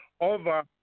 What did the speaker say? over